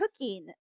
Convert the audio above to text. cooking